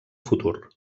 futur